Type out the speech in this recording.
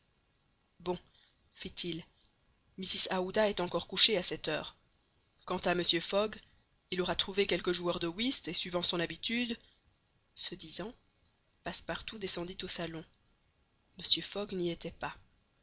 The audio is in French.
bon fit-il mrs aouda est encore couchée à cette heure quant à mr fogg il aura trouvé quelque joueur de whist et suivant son habitude ce disant passepartout descendit au salon mr fogg n'y était pas